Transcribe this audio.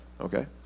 okay